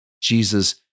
Jesus